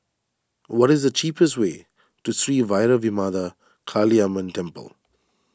what is the cheapest way to Sri Vairavimada Kaliamman Temple